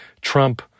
Trump